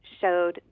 showed